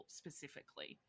specifically